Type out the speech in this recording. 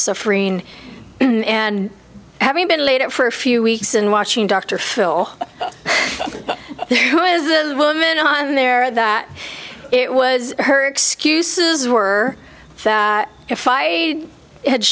suffering and having been laid out for a few weeks and watching dr phil who is the woman on there that it was her excuses were that if i had